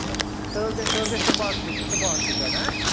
اَچھا سٕہ حظ گژھِ سٕے حظ گَژھِ سُپاٹسٕے سُپاٹسٕے پٮ۪ٹھ ہاں